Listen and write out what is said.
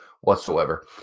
whatsoever